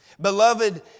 Beloved